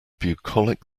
bucolic